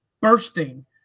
bursting